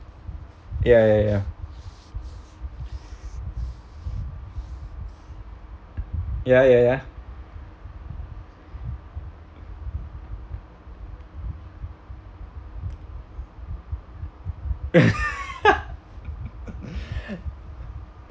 ya ya ya ya ya ya